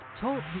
Talk